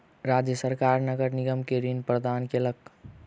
राज्य सरकार नगर निगम के ऋण प्रदान केलक